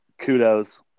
kudos